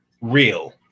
real